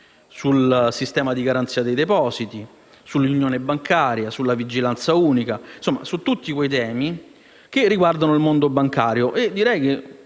sul sistema di garanzia dei depositi, sull'unione bancaria, sulla vigilanza unica: insomma su tutti quei temi che riguardano il mondo bancario.